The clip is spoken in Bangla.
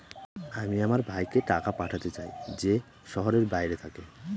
আমি আমার ভাইকে টাকা পাঠাতে চাই যে শহরের বাইরে থাকে